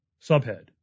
Subhead